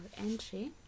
entry